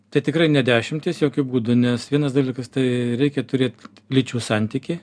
tai tikrai ne dešimtys jokiu būdu nes vienas dalykas tai reikia turėt lyčių santykį